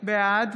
בעד